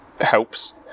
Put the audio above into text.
helps